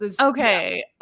Okay